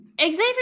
Xavier